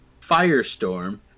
Firestorm